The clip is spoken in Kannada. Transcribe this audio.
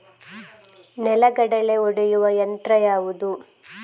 ನೆಲಗಡಲೆ ಒಡೆಯುವ ಯಂತ್ರ ಯಾವುದು?